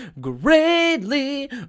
Greatly